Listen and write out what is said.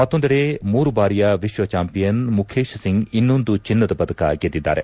ಮತ್ತೊಂದೆಡೆ ಮೂರು ಬಾರಿಯ ವಿಶ್ವಚಾಂಪಿಯನ್ ಮುಖೇಶ್ ಸಿಂಗ್ ಇನ್ನೊಂದು ಚಿನ್ನದ ಪದಕ ಗೆದ್ದಿದ್ದಾರೆ